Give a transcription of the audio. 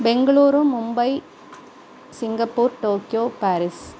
Bengaluru Mumbai Singapore Tokyo Paris